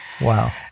Wow